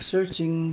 Searching